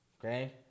Okay